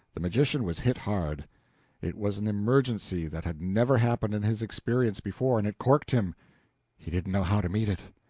the magician was hit hard it was an emergency that had never happened in his experience before, and it corked him he didn't know how to meet it.